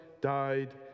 died